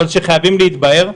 אבל הן חייבות להתבהר.